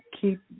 keep